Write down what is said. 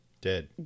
dead